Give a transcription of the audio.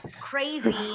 crazy